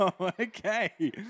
Okay